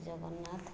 Jagannath